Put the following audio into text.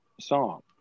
song